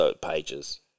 pages